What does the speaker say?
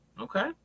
Okay